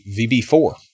VB4